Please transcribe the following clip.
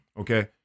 Okay